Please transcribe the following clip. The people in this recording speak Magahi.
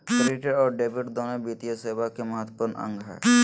क्रेडिट और डेबिट दोनो वित्तीय सेवा के महत्त्वपूर्ण अंग हय